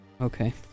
Okay